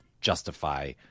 justify